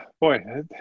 Boy